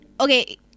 Okay